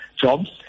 jobs